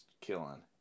killing